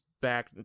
back